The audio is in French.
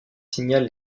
signale